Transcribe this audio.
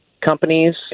companies